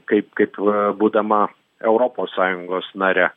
kaip kaip būdama europos sąjungos nare